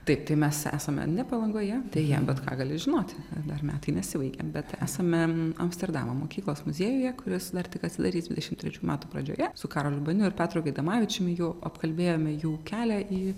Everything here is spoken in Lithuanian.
taip tai mes esame ne palangoje deja bet ką gali žinoti dar metai nesibaigė bet esame amsterdamo mokyklos muziejuje kuris dar tik atsidarys dvidešim trečių metų pradžioje su karoliu baniu ir petru gaidamavičiumi jau apkalbėjome jų kelią į